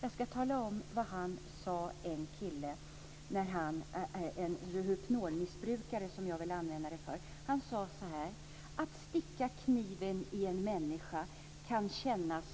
Jag ska tala om vad en kille - en Rohypnolmissbrukare, som jag vill kalla det - sade. Han sade så här: Att sticka kniven i en människa kan kännas